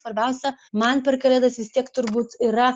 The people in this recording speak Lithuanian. svarbiausia man per kalėdas vis tiek turbūt yra